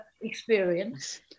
experience